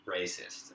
racist